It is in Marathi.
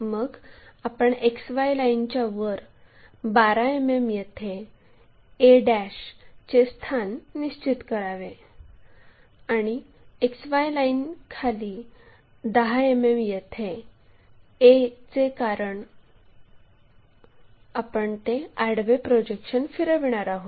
मग आपण XY लाईनच्या वर 12 मिमी येथे a चे स्थान निश्चित करावे आणि XY लाईनखाली 10 मिमी येथे a चे कारण आपण ते आडवे प्रोजेक्शन फिरविणार आहोत